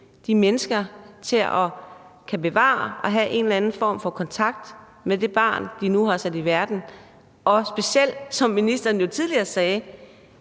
de mennesker til at kunne bevare en eller anden form for kontakt med det barn, de nu har sat i verden – specielt da ministeren jo tidligere har